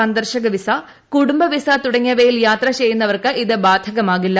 സന്ദർശക വിസ കുടുംബ വിസ തുടങ്ങിയവയിൽ യാത്ര ചെയ്യുന്നവർക്ക് ഇത് ബാധകമാകില്ല